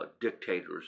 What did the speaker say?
dictators